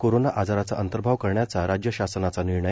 corona आजाराचा अंतर्भाव करण्याचा राज्य शासनाचा निर्णय